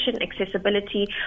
accessibility